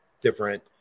different